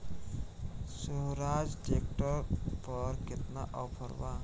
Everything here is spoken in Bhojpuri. सोहराज ट्रैक्टर पर केतना ऑफर बा?